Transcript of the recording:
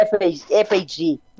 F-A-G